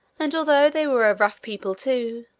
and, although they were a rough people too,